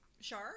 Sure